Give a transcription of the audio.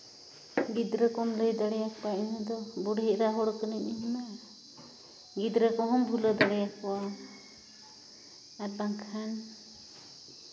ᱜᱤᱫᱽᱨᱟᱹ ᱠᱚᱢ ᱞᱟᱹᱭ ᱫᱟᱲᱮᱣᱟᱠᱚᱣᱟ ᱤᱱᱟᱹ ᱫᱚ ᱵᱩᱲᱦᱤ ᱮᱨᱟ ᱦᱚᱲ ᱠᱟᱹᱱᱟᱹᱧ ᱤᱧ ᱢᱟ ᱜᱤᱫᱽᱨᱟᱹ ᱠᱚᱦᱚᱸ ᱵᱷᱩᱞᱟᱹᱣ ᱫᱟᱲᱮᱭᱟᱠᱚᱣᱟ ᱟᱨ ᱵᱟᱝᱠᱷᱟᱱ